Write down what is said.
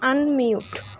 unmute